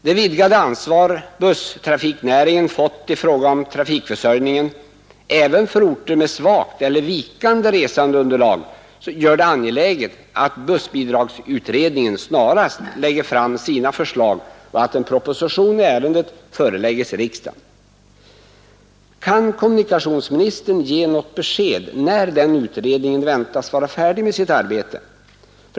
Det vidgade ansvar busstrafiknäringen fått i fråga om trafikförsörjningen även för orter med svagt eller vikande resandeunderlag gör det angeläget att bussbidragsutredningen snarast lägger fram sina förslag och att en proposition i ärendet förelägges riksdagen. Kan kommunikationsministern ge något besked om när den utredningen väntas vara färdig med sitt arbete?